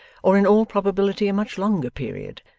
or in all probability a much longer period,